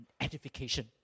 edification